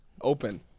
Open